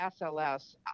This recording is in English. SLS